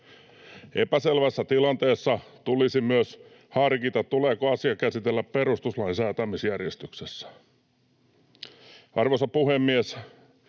Epäselvässä tilanteessa tulisi myös harkita, tuleeko asia käsitellä perustuslain säätämisjärjestyksessä. Arvoisa puhemies!